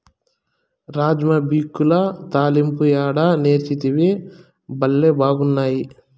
రాజ్మా బిక్యుల తాలింపు యాడ నేర్సితివి, బళ్లే బాగున్నాయి